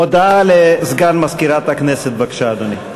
הודעה לסגן מזכירת הכנסת, בבקשה, אדוני.